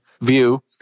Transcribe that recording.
view